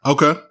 Okay